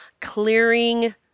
clearing